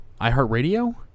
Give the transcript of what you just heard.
iHeartRadio